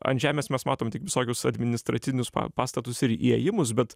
ant žemės mes matom tik visokius administracinius pastatus ir įėjimus bet